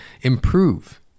improve